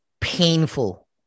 painful